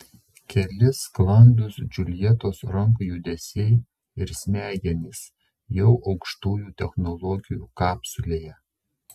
keli sklandūs džiuljetos rankų judesiai ir smegenys jau aukštųjų technologijų kapsulėje